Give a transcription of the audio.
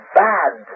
bad